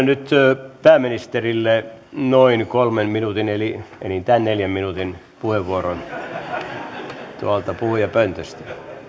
nyt pääministerille noin kolmen minuutin eli enintään neljän minuutin puheenvuoron tuolta puhujapöntöstä